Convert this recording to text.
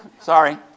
Sorry